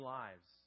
lives